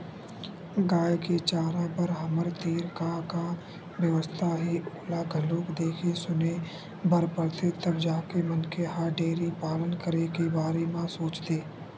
गाय के चारा बर हमर तीर का का बेवस्था हे ओला घलोक देखे सुने बर परथे तब जाके मनखे ह डेयरी पालन करे के बारे म सोचथे